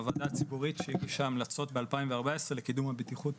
הוועדה הציבורית שהגישה המלצות בשנת 2014 לקידום הבטיחות